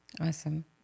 Awesome